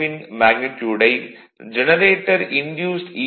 ன் மேக்னிட்யூடை generator induced ஈ